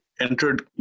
entered